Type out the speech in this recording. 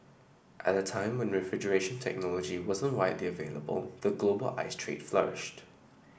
at a time when refrigeration technology wasn't widely available the global ice trade flourished